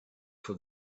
for